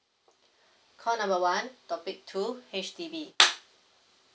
call number one topic two H_D_B